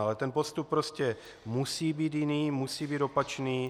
Ale ten postup prostě musí být jiný, musí být opačný.